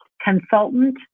consultant